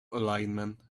alignment